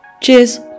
cheers